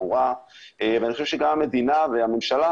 תחבורה ואני חושב שגם המדינה והממשלה,